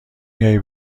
میای